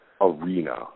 arena